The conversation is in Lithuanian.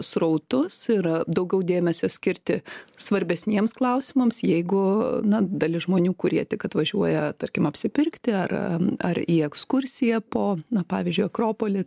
srautus ir daugiau dėmesio skirti svarbesniems klausimams jeigu na dalis žmonių kurie tik atvažiuoja tarkim apsipirkti ar ar į ekskursiją po na pavyzdžiui akropolį